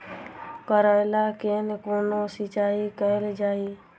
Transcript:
करैला केँ कोना सिचाई कैल जाइ?